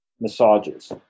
massages